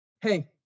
hey